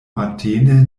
matene